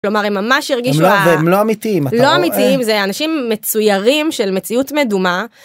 כלומר הם ממש הרגישו, והם לא אמיתיים. לא אמיתיים. זה אנשים מצוירים של מציאות מדומה.